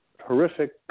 horrific